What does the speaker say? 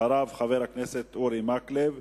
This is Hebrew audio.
אחריו, חבר הכנסת אורי מקלב,